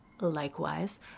Likewise